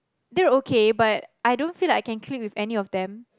they're okay but I don't feel like I can click with any of them